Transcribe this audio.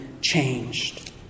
changed